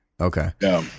okay